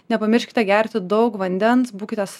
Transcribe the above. nepamirškite gerti daug vandens būkite